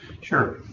Sure